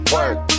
Work